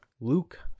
Luke